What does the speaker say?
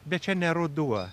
bet čia ne ruduo